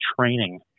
training